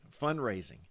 fundraising